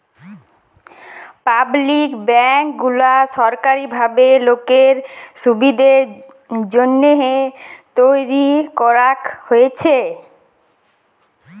public bank গুলা সরকারি ভাবে লোকের সুবিধের জন্যহে তৈরী করাক হয়েছে